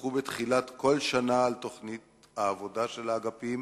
ידווחו בתחילת כל שנה על תוכנית העבודה של האגפים